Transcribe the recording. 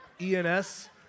E-N-S